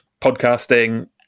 podcasting